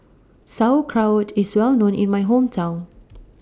Sauerkraut IS Well known in My Hometown